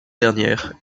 dernière